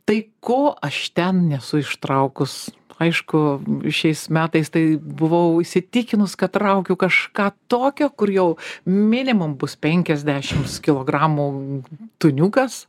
tai ko aš ten nesu ištraukus aišku šiais metais tai buvau įsitikinus kad traukiu kažką tokio kur jau minimum bus penkiasdešimts kilogramų tuniukas